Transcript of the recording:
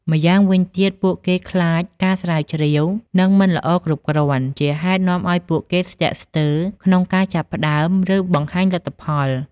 ម៉្យាងវិញទៀត ពួកគេខ្លាចថាការស្រាវជ្រាវនឹងមិនល្អគ្រប់គ្រាន់ ជាហេតុនាំឱ្យពួកគេស្ទាក់ស្ទើរក្នុងការចាប់ផ្តើម ឬបង្ហាញលទ្ធផល។